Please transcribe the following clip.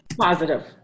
Positive